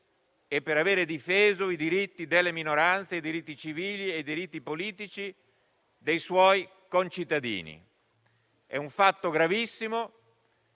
e per avere difeso i diritti delle minoranze, i diritti civili e i diritti politici dei suoi concittadini. È un fatto gravissimo